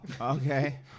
okay